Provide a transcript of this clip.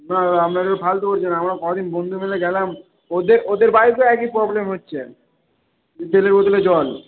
না দাদা আপনারা ফালতু বলছেন আমরা কজন বন্ধু মিলে গেলাম ওদের ওদের বাইকও একই প্রবলেম হচ্ছে তেলের বদলে জল